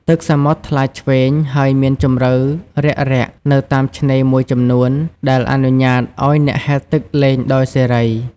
ទឹកសមុទ្រថ្លាឆ្វេង ហើយមានជម្រៅរាក់ៗនៅតាមឆ្នេរមួយចំនួន ដែលអនុញ្ញាតឲ្យអ្នកហែលទឹកលេងដោយសេរី។